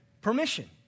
permission